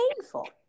painful